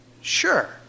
Sure